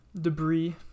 debris